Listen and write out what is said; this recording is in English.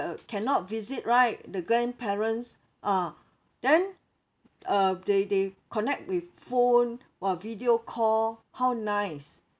cannot visit right the grandparents ah then uh they they connect with phone !wah! video call how nice